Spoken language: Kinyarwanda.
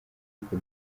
uko